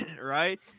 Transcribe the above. Right